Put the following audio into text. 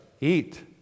Eat